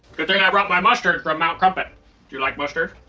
good thing i brought my mustard from mount crumpit. do you like mustard?